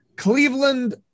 Cleveland